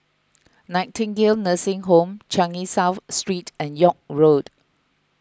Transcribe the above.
Nightingale Nursing Home Changi South Street and York Road